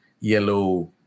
yellow